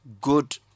good